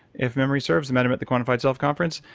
if memory serves, i met him at the quantified self conference.